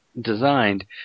Designed